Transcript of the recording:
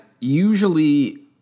usually